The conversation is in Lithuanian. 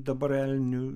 dabar elnių